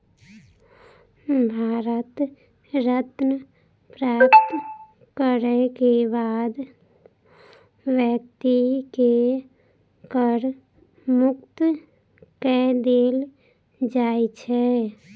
भारत रत्न प्राप्त करय के बाद व्यक्ति के कर मुक्त कय देल जाइ छै